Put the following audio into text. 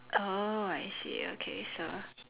oh I see okay so